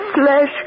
flesh